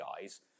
guys